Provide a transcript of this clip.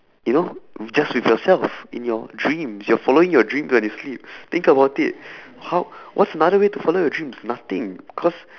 you know just with yourself in your dreams you're following your dreams when you sleep think about it ho~ what's another way to follow your dreams nothing cause